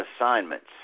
assignments